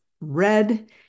red